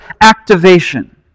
activation